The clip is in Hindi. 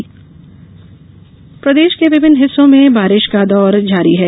मौसम प्रदेश के विभिन्न हिस्सों में बारिश का दौर अमी जारी है